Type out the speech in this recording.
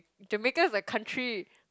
Jamaica is a country